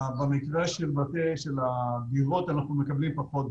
במקרה של הדירות אנחנו מקבלים פחות,